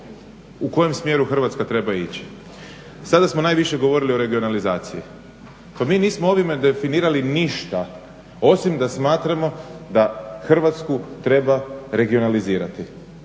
u kojem smjeru Hrvatska treba ići. Sada smo najviše govorili o regionalizaciji, pa mi nismo ovime definirali ništa osim da smatramo da Hrvatsku treba regionalizirati.